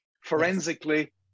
forensically